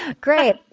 Great